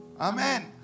Amen